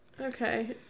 Okay